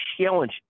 challenge